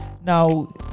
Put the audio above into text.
now